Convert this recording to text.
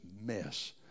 mess